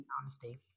Honesty